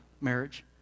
marriage